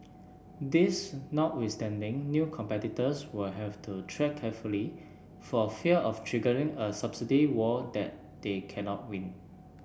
this notwithstanding new competitors will have to tread carefully for fear of triggering a subsidy war that they cannot win